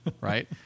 right